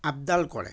আপডাল কৰে